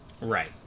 Right